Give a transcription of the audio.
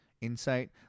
insight